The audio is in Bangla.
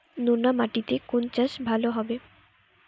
নোনা মাটিতে কোন চাষ ভালো হবে?